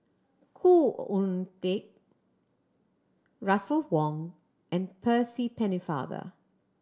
Khoo Oon Teik Russel Wong and Percy Pennefather